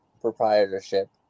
proprietorship